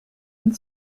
and